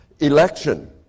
Election